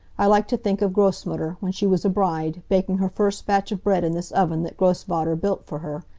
i like to think of grossmutter, when she was a bride, baking her first batch of bread in this oven that grossvater built for her.